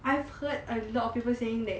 I have heard a lot of people saying that